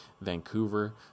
vancouver